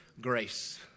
grace